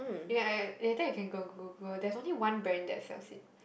ya can I can later you can go and Google there's only one brand that sells it